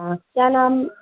हाँ क्या नाम